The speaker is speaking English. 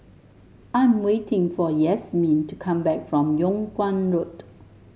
I'm waiting for Yasmeen to come back from Yung Kuang Road